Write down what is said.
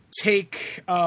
take